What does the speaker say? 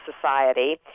society